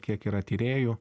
kiek yra tyrėjų